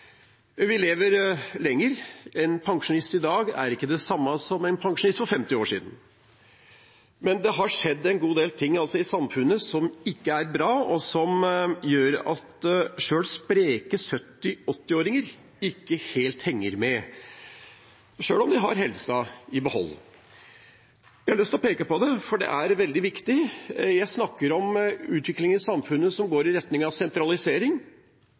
Vi lever lenger. En pensjonist i dag er ikke det samme som en pensjonist for 50 år siden. Men det har skjedd en god del ting i samfunnet som ikke er bra, og som gjør at selv spreke 70–80-åringer ikke helt henger med selv om de har helsa i behold. Jeg har lyst til å peke på det, for det er veldig viktig. Jeg snakker om en utvikling i samfunnet som går i retning av sentralisering,